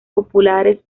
populares